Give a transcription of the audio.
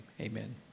Amen